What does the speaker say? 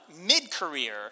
mid-career